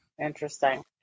Interesting